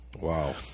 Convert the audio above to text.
Wow